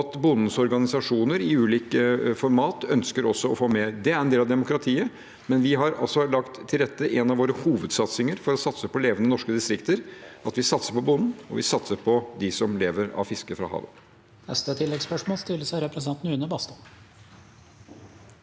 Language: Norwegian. at bondens organisasjoner i ulike format også ønsker å få mer. Det er en del av demokratiet, men vi har lagt til rette. En av våre hovedsatsinger for å satse på levende norske distrikter er at vi satser på bonden, og vi satser på dem som lever av fiske fra havet.